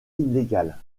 illégale